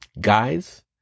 Guys